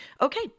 Okay